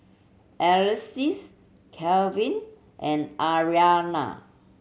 Alexus Calvin and Aryanna